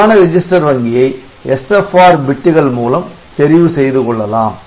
சரியான ரெஜிஸ்டர் வங்கியை SFR பிட்டுகள் மூலம் தெரிவு செய்து கொள்ளலாம்